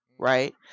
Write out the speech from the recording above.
right